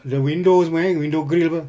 the windows semua ya window grille apa